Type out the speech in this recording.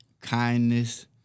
kindness